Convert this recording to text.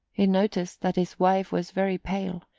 he noticed that his wife was very pale,